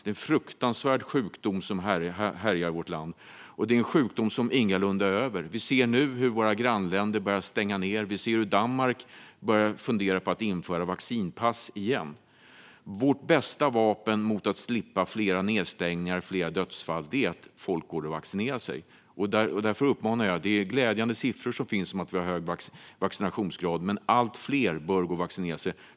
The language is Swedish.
Det är en fruktansvärd sjukdom som härjar vårt land, och det är en sjukdom som ingalunda är över. Vi ser nu hur våra grannländer börjar stänga ned. Vi ser hur Danmark börjar fundera på att införa vaccinpass igen. Vårt bästa vapen för att slippa fler nedstängningar och fler dödsfall är att folk går och vaccinerar sig. Det finns glädjande siffror om att vi har en hög vaccinationsgrad, men ännu fler bör gå och vaccinera sig.